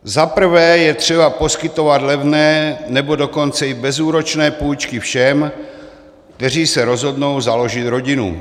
Za prvé je třeba poskytovat levné, nebo dokonce i bezúročné půjčky všem, kteří se rozhodnou založit rodinu.